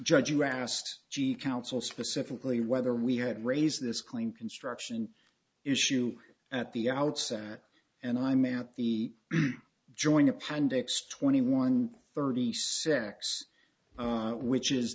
judge you asked g council specifically whether we had raised this claim construction issue at the outset and i'm at the joint appendix twenty one thirty six which is